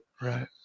right